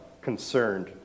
concerned